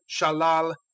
Shalal